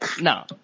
No